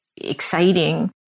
exciting